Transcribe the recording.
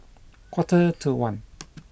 quarter to one